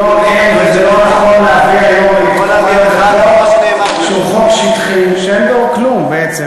אין זה נכון להביא היום חוק שהוא חוק שטחי שאין בו כלום בעצם.